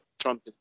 Trump